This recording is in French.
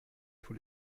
tous